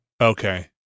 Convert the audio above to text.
okay